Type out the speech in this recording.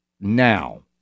now